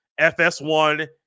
FS1